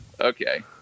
Okay